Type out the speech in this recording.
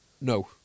no